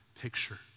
picture